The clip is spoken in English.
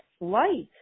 light